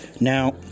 Now